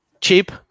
cheap